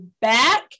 back